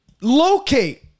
locate